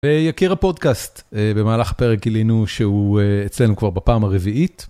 ויקיר הפודקאסט במהלך פרק גילינו שהוא אצלנו כבר בפעם הרביעית.